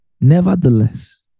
Nevertheless